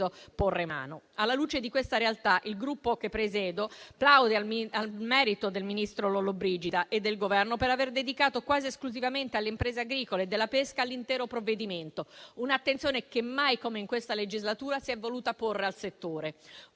Alla luce di questa realtà il Gruppo che presiedo plaude al merito del ministro Lollobrigida e del Governo per aver dedicato quasi esclusivamente alle imprese agricole e della pesca l'intero provvedimento, un'attenzione che mai come in questa legislatura si è voluta porre al settore.